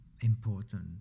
important